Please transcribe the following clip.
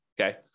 Okay